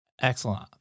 excellent